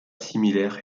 similaire